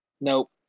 Nope